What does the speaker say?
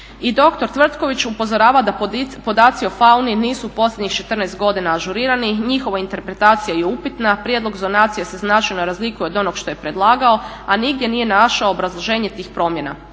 I dr. Tvrtković upozorava da podaci o fauni nisu posljednjih 14 godina ažurirani, njihova interpretacija je upitna, prijedlog zonacije se značajno razlikuje od onog što je predlagao, a nigdje nije našao obrazloženje tih promjena.